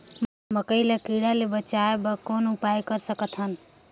मकई ल कीड़ा ले बचाय बर कौन उपाय कर सकत हन?